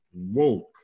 woke